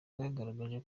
bwagaragaje